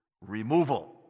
removal